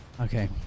Okay